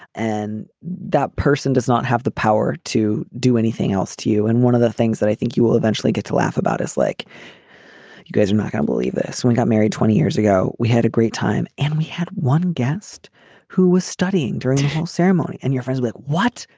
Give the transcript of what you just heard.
and that person does not have the power to do anything else to you. and one of the things that i think you will eventually get to laugh about is like you guys are not gonna believe this. we got married twenty years ago. we had a great time. and we had one guest who was studying during the you know ceremony. and your friends with what?